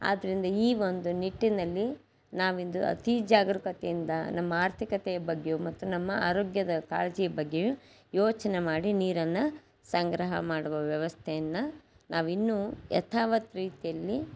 ಆದ್ದರಿಂದ ಈ ಒಂದು ನಿಟ್ಟಿನಲ್ಲಿ ನಾವಿಂದು ಅತಿ ಜಾಗರೂಕತೆಯಿಂದ ನಮ್ಮ ಆರ್ಥಿಕತೆಯ ಬಗ್ಗೆಯೂ ಮತ್ತು ನಮ್ಮ ಆರೋಗ್ಯದ ಕಾಳಜಿ ಬಗ್ಗೆಯೂ ಯೋಚನೆ ಮಾಡಿ ನೀರನ್ನು ಸಂಗ್ರಹ ಮಾಡುವ ವ್ಯವಸ್ಥೆಯನ್ನು ನಾವು ಇನ್ನೂ ಯಥಾವತ್ತು ರೀತಿಯಲ್ಲಿ